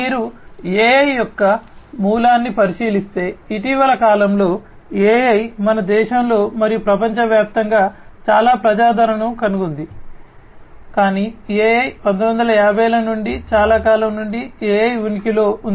మీరు AI యొక్క మూలాన్ని పరిశీలిస్తే ఇటీవలి కాలంలో AI మన దేశంలో మరియు ప్రపంచవ్యాప్తంగా చాలా ప్రజాదరణను కనుగొంది కాని AI 1950 ల నుండి చాలా కాలం నుండి AI ఉనికిలో ఉంది